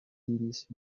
diris